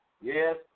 Yes